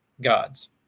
gods